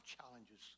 challenges